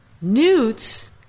newts